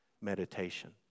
meditation